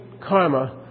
karma